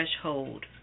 threshold